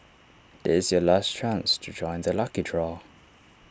this is your last chance to join the lucky draw